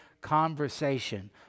conversation